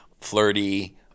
flirty